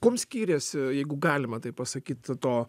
kuom skiriasi jeigu galima taip pasakyt to